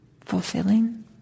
fulfilling